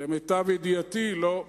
למיטב ידיעתי לא.